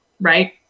right